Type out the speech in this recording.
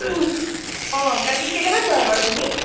অঁ কালি কেইটা বজাত যাবা বাৰু তুমি